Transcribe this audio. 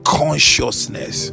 consciousness